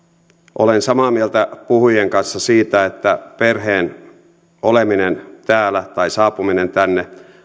olen samaa mieltä puhujien kanssa siitä että perheen oleminen täällä tai saapuminen tänne